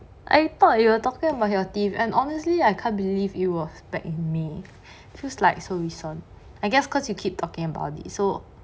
I thought you were talking about your teeth and honestly I can't believe it was back in may feels like so recent I guess cause you keep talking about it so